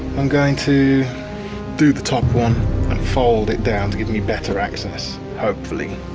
i'm going to do the top one and fold it down to give me better access. hopefully.